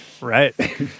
Right